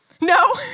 No